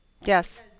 Yes